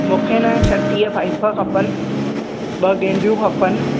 मूंखे ना छटीह पाइप खपनि ॿ गेंडियूं खपनि